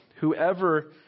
Whoever